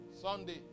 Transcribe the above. Sunday